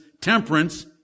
temperance